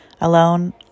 alone